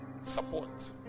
support